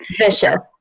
vicious